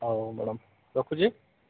ହଉ ମ୍ୟାଡ଼ାମ୍ ରଖୁଛି